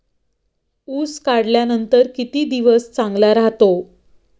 ऊस काढल्यानंतर किती दिवस चांगला राहतो?